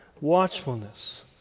watchfulness